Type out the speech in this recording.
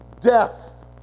death